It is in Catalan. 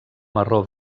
marró